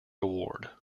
award